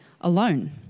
alone